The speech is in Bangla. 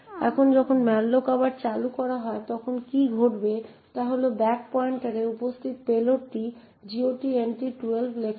এখন যখন malloc আবার চালু করা হয় তখন কী ঘটবে তা হল ব্যাক পয়েন্টারে উপস্থিত পেলোডটি GOT এন্ট্রি 12 লেখা হয়